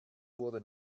wurde